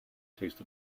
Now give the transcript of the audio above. taste